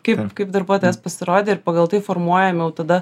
kaip kaip darbuotojas pasirodė ir pagal tai formuojam tada